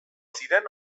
ziren